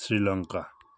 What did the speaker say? Sri Lanka